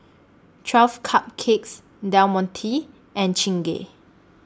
twelve Cupcakes Del Monte and Chingay